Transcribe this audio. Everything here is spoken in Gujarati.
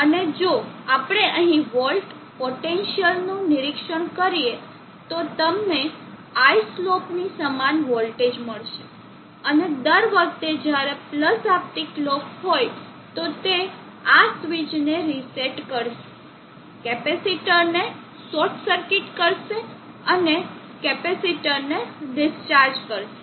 અને જો આપણે અહીં વોલ્ટ પોટેન્સીઅલનું નિરીક્ષણ કરીએ તો તમને I સ્લોપ ની સમાન વોલ્ટેજ મળશે અને દર વખતે જ્યારે પલ્સ આપતી કલોક હોય તો તે આ સ્વીચને રીસેટ કરશે કેપેસિટરને સોર્ટ સર્કિટ કરશે અને કેપેસિટરને ડિસ્ચાર્જ કરશે